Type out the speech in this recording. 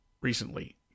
recently